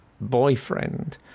boyfriend